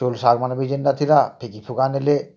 ତୁନ୍ ଶାଗ୍ମାନେ ବି ଯେନ୍ତା ଥିଲା ଫେକି ଫୁକା ନେଲେ